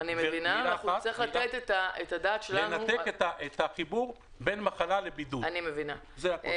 צריך לנתק את החיבור בין מחלה לבידוד, זה הכול.